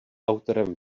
autorem